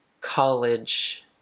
college